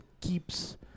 keeps